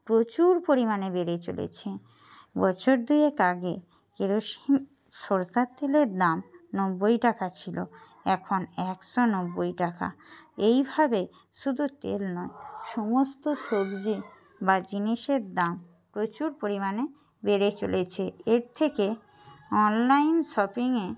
প্রচুর পরিমাণে বেড়ে চলেছে বছর দুয়েক আগে কেরোসিন সরষের তেলের দাম নব্বই টাকা ছিল এখন একশো নব্বই টাকা এইভাবে শুধু তেল না সমস্ত সবজি বা জিনিসের দাম প্রচুর পরিমাণে বেড়ে চলেছে এর থেকে অনলাইন শপিংয়ে